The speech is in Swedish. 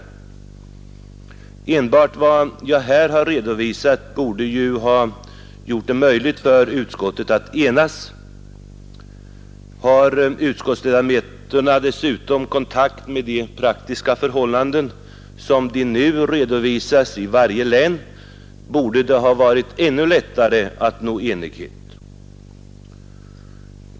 Enbart vad jag här har redovisat borde ha gjort det möjligt för utskottet att enas. Om utskottsledamöterna dessutom haft kontakt med de praktiska förhållandena, som nu redovisas i varje län, borde det ha varit ännu lättare att nå enighet.